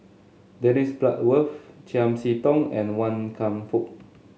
Dennis Bloodworth Chiam See Tong and Wan Kam Fook